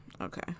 Okay